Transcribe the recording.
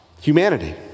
humanity